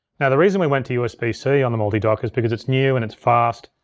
now the reason we went to usb-c so yeah on the multidock is because it's new and it's fast.